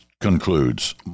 concludes